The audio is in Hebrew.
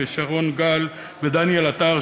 שרון גל ודניאל עטר,